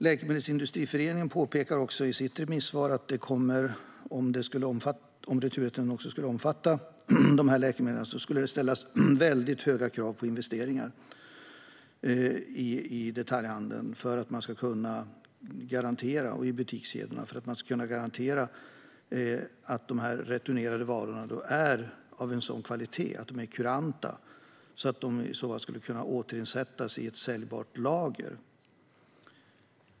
Läkemedelsindustriföreningen påpekar i sitt remissvar att om returrätten skulle omfatta dessa läkemedel skulle det krävas stora investeringar i detaljhandeln och butikskedjorna för att kunna garantera att returnerade kylvaror är av sådan kvalitet att de är kuranta och kan återinsättas i ett säljbart lager.